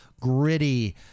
gritty